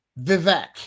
Vivek